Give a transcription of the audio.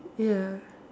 ya